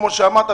כמו שאמרת,